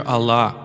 Allah